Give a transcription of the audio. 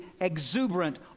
exuberant